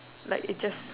like it's just